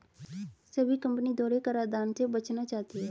सभी कंपनी दोहरे कराधान से बचना चाहती है